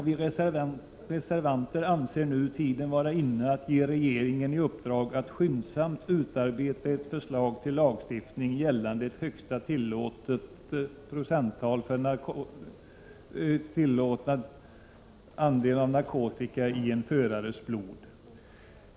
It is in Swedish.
Vi reservanter anser nu tiden vara inne att ge regeringen i uppdrag att skyndsamt utarbeta ett förslag till lagstiftning gällande ett högsta tillåtet gränsvärde för narkotika i en förares blod.